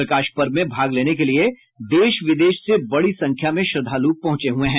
प्रकाश पर्व में भाग लेने के लिए देश विदेश से बड़ी संख्या में श्रद्वालु पहुंचे हुए हैं